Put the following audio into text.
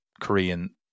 Korean